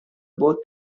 both